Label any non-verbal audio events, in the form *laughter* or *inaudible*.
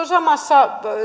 *unintelligible* samassa